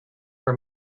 for